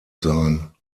sein